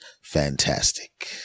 fantastic